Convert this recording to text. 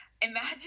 Imagine